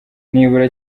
nibura